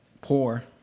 poor